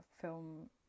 film